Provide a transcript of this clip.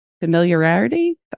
Familiarity